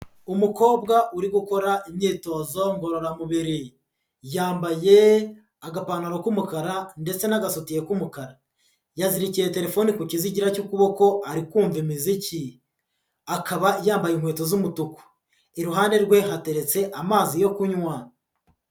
Umukobwa uri gukora imyitozo ngororamubiri, yambaye agapantaro k'umukara ndetse n'agasutiye k'umukara, yazirikiye telefone ku kizigira cy'ukuboko ari kumva imiziki, akaba yambaye inkweto z'umutuku, iruhande rwe hateretse amazi yo kunywa.